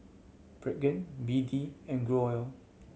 Pregain B D and Growell